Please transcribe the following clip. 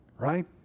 right